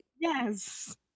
Yes